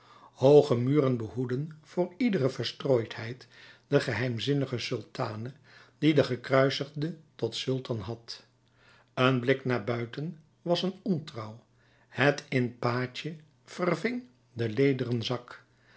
hooge muren behoedden voor iedere verstrooidheid de geheimzinnige sultane die den gekruisigde tot sultan had een blik naar buiten was een ontrouw het in pace verving den lederen zak